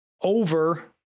over